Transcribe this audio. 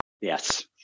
Yes